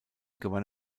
gewann